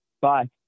Bye